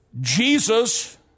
Jesus